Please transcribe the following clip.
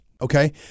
Okay